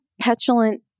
petulant